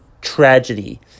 tragedy